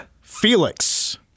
Felix